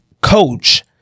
coach